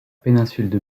péninsule